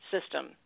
system